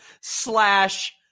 slash